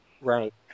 Right